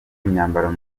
imyambaro